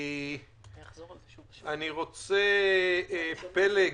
אני רוצה, פלג,